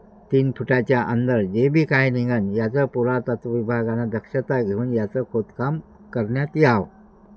तीन फुटाच्या अंदर जे बी काय निघेन याचं पुरातत्व विभागानं दक्षता घेऊन याचं खोदकाम करण्यात यावं